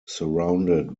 surrounded